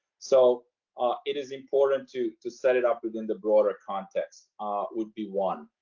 so ah it is important to to set it up within the broader context would be one.